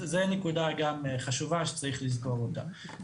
זאת גם נקודה חשובה שצריך לזכור אותה.